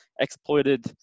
exploited